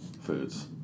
foods